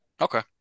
Okay